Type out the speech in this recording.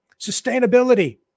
Sustainability